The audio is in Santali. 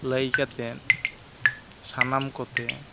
ᱞᱟᱹᱭ ᱠᱟᱛᱮ ᱥᱟᱱᱟᱢ ᱠᱚᱛᱮ